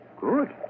Good